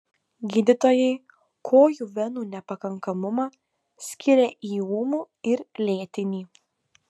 gydytojai kojų venų nepakankamumą skiria į ūmų ir lėtinį